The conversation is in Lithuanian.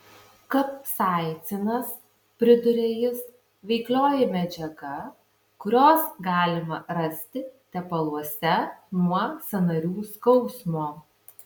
kapsaicinas priduria jis veiklioji medžiaga kurios galima rasti tepaluose nuo sąnarių skausmo